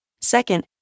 Second